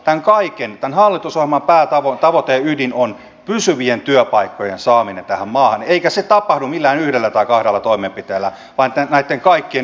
tämän kaiken päätavoite tämän hallitusohjelman päätavoite ja ydin on ilman muuta pysyvien työpaikkojen saaminen tähän maahan eikä se tapahdu millään yhdellä tai kahdella toimenpiteellä vaan näitten kaikkien